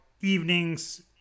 evenings